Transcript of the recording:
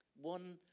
One